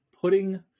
putting